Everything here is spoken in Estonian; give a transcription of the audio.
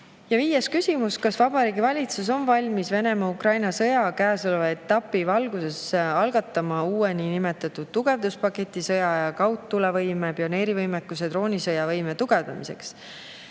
viies küsimus: "Kas Vabariigi Valitsus on valmis Venemaa-Ukraina sõja käesoleva etapi valguses algatama uue nn tugevduspaketi sõjaaja kaudtulevõimekuse, pioneerivõimekuse ja droonisõja võimekuse tugevdamiseks?"